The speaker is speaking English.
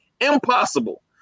impossible